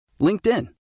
LinkedIn